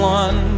one